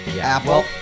Apple